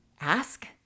Ask